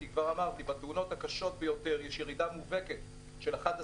כי כבר אמרתי שבתאונות הקשות ביותר יש ירידה מובהקת של 11%,